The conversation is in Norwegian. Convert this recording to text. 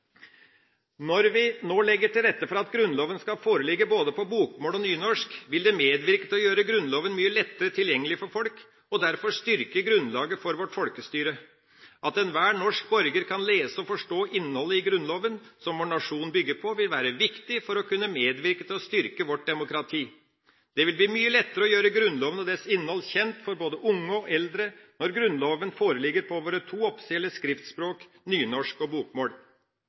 Når vi nå legger til rette for at Grunnloven skal foreligge både på bokmål og på nynorsk, vil det medvirke til å gjøre Grunnloven mye lettere tilgjengelig for folk, og derfor styrke grunnlaget for vårt folkestyre. At enhver norsk borger kan lese og forstå innholdet i Grunnloven, som vår nasjon bygger på, vil være viktig for å kunne medvirke til å styrke vårt demokrati. Det vil bli mye lettere å gjøre Grunnloven og dens innhold kjent for både unge og eldre når Grunnloven foreligger på våre to offisielle skriftspråk, nynorsk og bokmål.